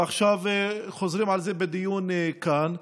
ועכשיו חוזרים על זה בדיון כאן.